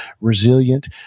resilient